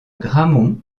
grammont